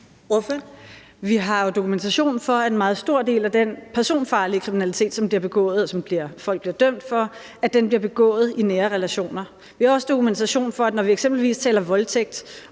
Vi har jo dokumentation for, at en meget stor del af den personfarlige kriminalitet, som bliver begået, og som folk bliver dømt for, bliver begået i nære relationer. Vi har også dokumentation for, at når vi eksempelvis taler voldtægt